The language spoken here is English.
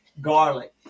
Garlic